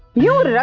you and and are